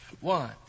One